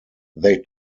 they